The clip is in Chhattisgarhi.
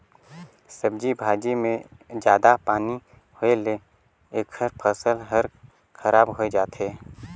सब्जी भाजी मे जादा पानी होए ले एखर फसल हर खराब होए जाथे